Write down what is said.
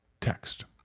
text